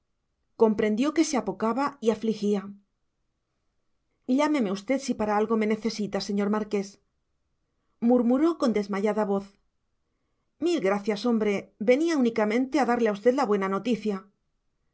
comprendió que se apocaba y afligía llámeme usted si para algo me necesita señor marqués murmuró con desmayada voz mil gracias hombre venía únicamente a darle a usted la buena noticia